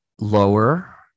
Lower